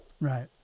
Right